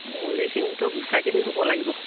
মলিখিনিতো গুচাই কিনি শুব লাগিব